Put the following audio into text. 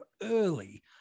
early